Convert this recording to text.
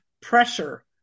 pressure